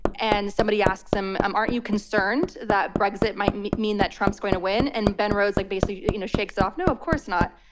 and somebody asks him, um aren't you concerned that brexit might mean that trump is going to win? and ben rhodes like basically you know shakes off, no, of course not.